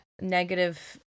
negative